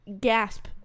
gasp